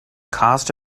cost